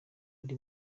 buri